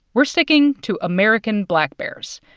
we're sticking to american black bears.